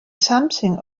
something